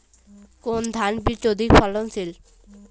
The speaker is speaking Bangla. কোন ধান বীজ অধিক ফলনশীল?